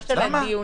לא של הדיונים.